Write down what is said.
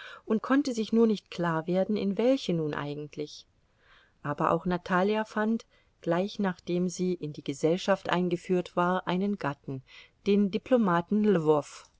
und konnte sich nur nicht klarwerden in welche nun eigentlich aber auch natalja fand gleich nachdem sie in die gesellschaft eingeführt war einen gatten den diplomaten